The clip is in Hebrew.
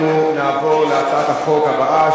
אנחנו נעבור להצעת החוק הבאה,